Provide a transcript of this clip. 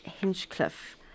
Hinchcliffe